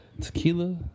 Tequila